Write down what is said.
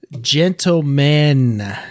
Gentlemen